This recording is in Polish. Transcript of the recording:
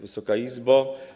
Wysoka Izbo!